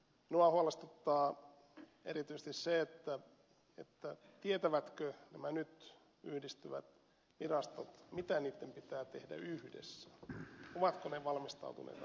minua huolestuttaa erityisesti se tietävätkö nämä nyt yhdistyvät virastot mitä niitten pitää tehdä yhdessä ovatko ne valmistautuneita oikeasti siihen